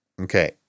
Okay